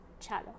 chalo